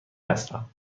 هستم